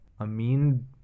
Amin